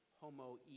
homo